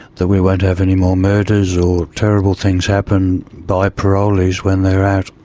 that we won't have any more murders or terrible things happen by parolees when they are out.